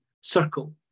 circle